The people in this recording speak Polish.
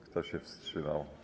Kto się wstrzymał?